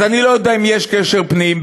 אז אני לא יודע אם יש קשר פנים,